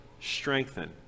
strengthen